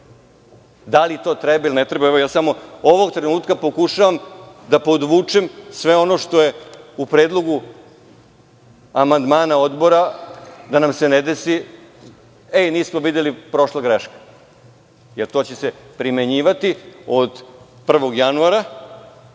Da li to treba ili ne treba? Ovog trenutka pokušavam da podvučem sve ono što je u predlogu amandmana odbora, da nam se ne desi da nismo videli i prošla greška jer to će se primenjivati od 01. januara,